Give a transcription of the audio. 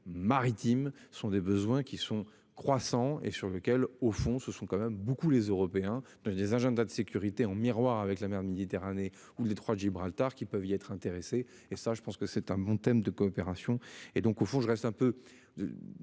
maritime, ce sont des besoins qui sont croissants et sur lequel au fond ce sont quand même beaucoup les Européens ne des agendas de sécurité en miroir avec la mer Méditerranée ou le Detroit de Gibraltar, qui peuvent être intéressées et ça je pense que c'est un bon thème de coopération et donc au fond, je reste un peu.